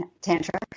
tantra